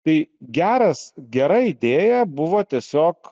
tai geras gera idėja buvo tiesiog